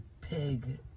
pig